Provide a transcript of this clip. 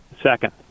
second